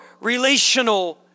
relational